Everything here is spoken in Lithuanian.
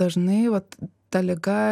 dažnai vat ta liga